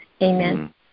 Amen